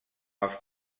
els